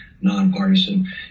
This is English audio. nonpartisan